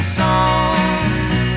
songs